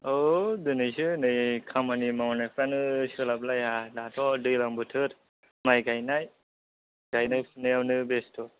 औ दिनैसो नै खामानि मावनायफ्रानो सोलाबलाया दाथ' दैलां बोथोर माइ गायनाय गायनाय फुनायावनो बेस्थ'